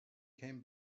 came